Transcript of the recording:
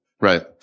Right